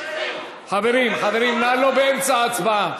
חברים, חברים, נא, לא באמצע ההצבעה.